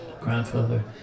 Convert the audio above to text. Grandfather